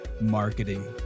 marketing